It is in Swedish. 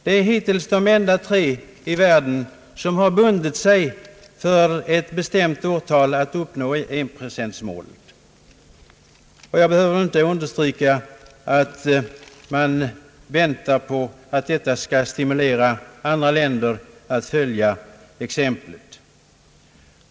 Det är hittills de enda tre länder i världen som bundit sig för att nå enprocentmålet vid en bestämd tidpunkt. Jag behöver inte påpeka att man väntar att detta skall stimulera andra länder att följa exemplet.